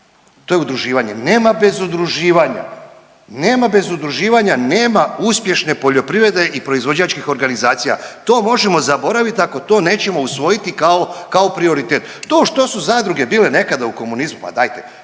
vrag od tamjana. To je udruživanje. Nema bez udruživanja nema uspješne poljoprivrede i proizvođačkih organizacija. To možemo zaboraviti ako to nećemo usvojiti kao prioritet. To što su zadruge bile nekada u komunizmu, ma dajte